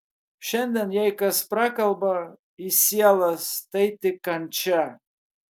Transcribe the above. šiandien jei kas prakalba į sielas tai tik kančia